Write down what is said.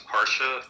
Parsha